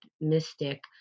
mystic